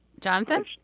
Jonathan